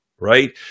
right